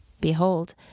Behold